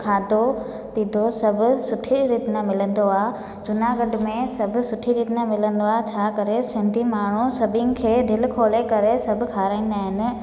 खाधो पीतो सभु सुठे रीति में मिलंदो आहे जूनागढ में सभु सुठी रीति मां मिलंदो आहे छा करे सिंधी माण्हू सभिनि खे दिलि खोले करे सभु खाराईंदा आहिनि